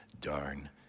darn